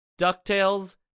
DuckTales